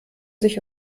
sich